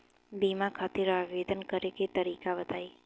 बीमा खातिर आवेदन करे के तरीका बताई?